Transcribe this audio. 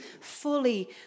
fully